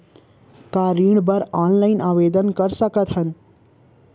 का ऋण बर ऑनलाइन आवेदन कर सकथन?